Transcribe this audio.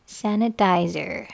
sanitizer